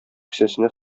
кесәсенә